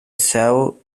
são